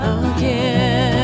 again